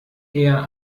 eher